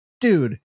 dude